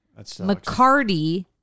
McCarty